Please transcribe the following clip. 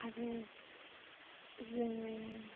आरो जोङो